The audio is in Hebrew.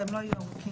והם לא יהיו ארוכים,